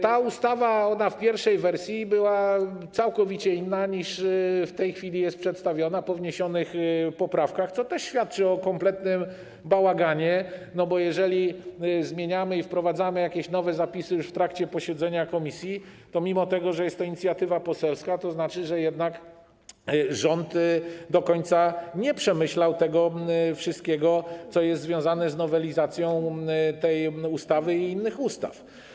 Ta ustawa w pierwszej wersji była całkowicie inna, niż w tej chwili jest przedstawiona po wniesionych poprawkach, co też świadczy o kompletnym bałaganie, bo jeżeli zmieniamy i wprowadzamy jakieś nowe zapisy już w trakcie posiedzenia komisji, to - mimo że jest to inicjatywa poselska - znaczy, że jednak rząd do końca nie przemyślał tego wszystkiego, co jest związane z nowelizacją tej ustawy i innych ustaw.